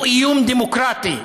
הוא איום דמוקרטי.